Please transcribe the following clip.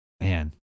man